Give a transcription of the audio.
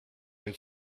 were